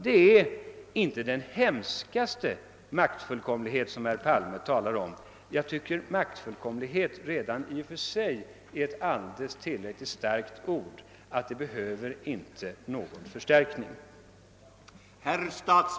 Det är inte den >»hemskaste« maktfullkomlighet, som herr Palme talar om. Jag tycker att maktfullkomlighet är ett tillräckligt starkt ord — det behöver inte förstärkas.